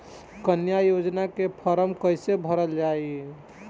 कन्या योजना के फारम् कैसे भरल जाई?